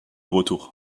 retour